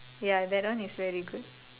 ya that one was is very good